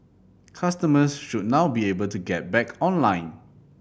customers should now be able to get back online